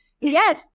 yes